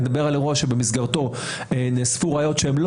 אני מדבר על אירוע שבמסגרתו נאספו ראיות שהן לא